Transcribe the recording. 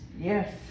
yes